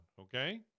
okay